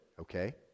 Okay